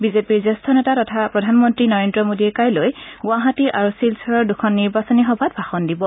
BJP জ্যেষ্ঠ নেতা তথা প্ৰধানমন্ত্ৰী নৰেন্দ্ৰ মোদীয়ে কাইলৈ গুৱাহাটী আৰু শিলচৰৰ দুখন নিৰ্বাচনী সভাত ভাষণ দিব